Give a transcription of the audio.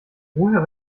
woher